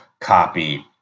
copy